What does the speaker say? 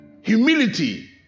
humility